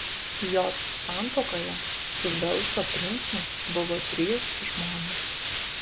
jos santuokoje su velso princu buvo trys žmonės